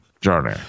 journey